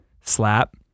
slap